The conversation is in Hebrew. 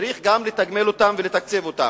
צריך גם לתגמל אותם ולתקצב אותם.